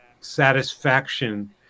satisfaction